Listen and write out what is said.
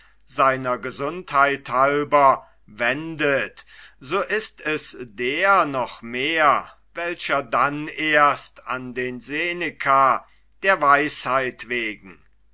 seiner gesundheit halber wendet so ist es der noch mehr welcher dann erst an den seneka der weisheit wegen